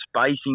spacing